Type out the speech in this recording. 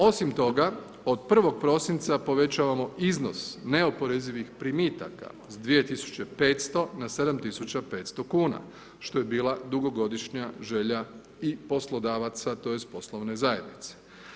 Osim toga, od 1. prosinca povećavamo iznos neoporezivih primitaka s 2500 na 7500 kuna, što je bila dugogodišnja želja i poslodavaca, tj. poslovne zajednice.